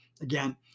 again